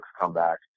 comeback